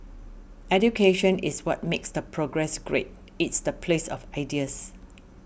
education is what makes the progress great it's the place of ideas